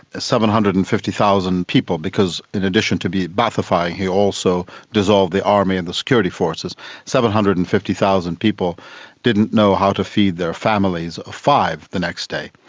seven hundred and fifty thousand people, because, in addition to de-ba'athifying he also dissolved the army and the security forces, seven hundred and fifty thousand people didn't know how to feed their families of five the next day.